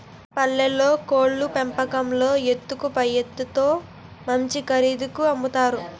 పల్లెల్లో కోళ్లు పెంపకంలో ఎత్తుకు పైఎత్తులేత్తు మంచి ఖరీదుకి అమ్ముతారు